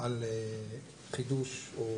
על חידוש או